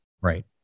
Right